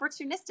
opportunistic